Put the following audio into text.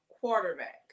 quarterback